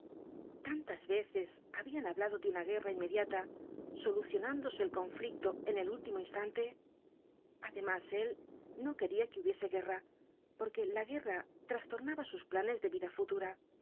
tantas veces habían hablado de una guerra inmediata solucionándose el conflicto en el último instante además él no quería que hubiese guerra porque la guerra trastornaba sus planes de vida futura